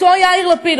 אותו יאיר לפיד,